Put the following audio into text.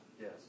Yes